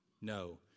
No